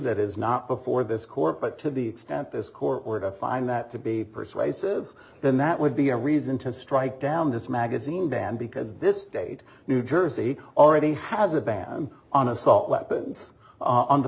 that is not before this court but to the extent this court were to find that to be persuasive then that would be a reason to strike down this magazine ban because this state new jersey already has a ban on assault weapons on the